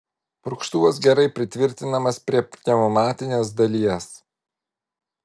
purkštuvas gerai pritvirtinamas prie pneumatinės dalies